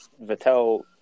Vettel